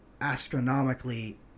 astronomically